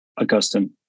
Augustine